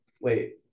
Wait